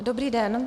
Dobrý den.